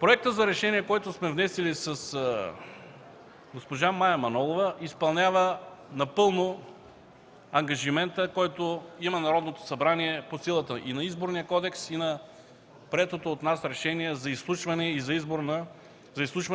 проектът за решение, който сме внесли с госпожа Мая Манолова, изпълнява напълно ангажимента, който има Народното събрание по силата и на Изборния кодекс, и на приетото от нас Решение за изслушване